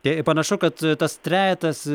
tai panašu kad tas trejetas